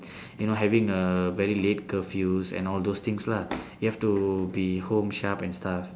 you know having a very late curfews and all those things lah you have to be home sharp and stuff